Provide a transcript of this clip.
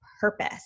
purpose